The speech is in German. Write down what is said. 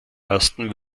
aston